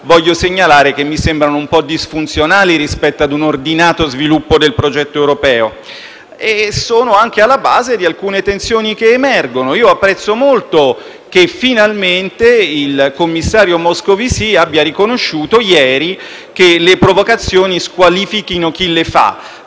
voglio segnalare che mi sembrano un po' disfunzionali rispetto ad un ordinato sviluppo del progetto europeo. Esse sono altresì alla base di alcune tensioni che emergono. Io apprezzo molto che, finalmente, il commissario Moscovici abbia riconosciuto, ieri, che le provocazioni squalificano chi le fa.